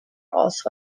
also